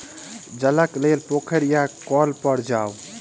जलक लेल पोखैर या कौल पर जाऊ